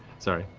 sorry.